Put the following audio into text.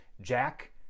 Jack